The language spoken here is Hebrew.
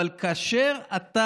אבל כאשר אתה